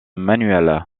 manuel